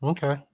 Okay